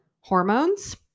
hormones